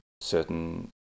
certain